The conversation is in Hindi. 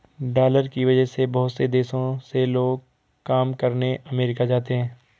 डालर की वजह से बहुत से देशों से लोग काम करने अमरीका जाते हैं